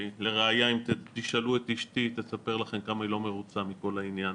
ולראיה אם תשאלו את אשתי היא תספר לכם כמה היא לא מרוצה מכל העניין.